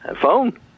Phone